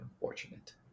unfortunate